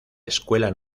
escuela